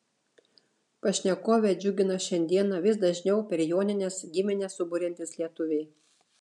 pašnekovę džiugina šiandieną vis dažniau per jonines giminę suburiantys lietuviai